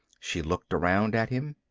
she looked around at him.